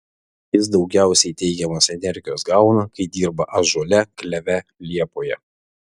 jis daugiausiai teigiamos energijos gauna kai dirba ąžuole kleve liepoje